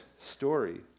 story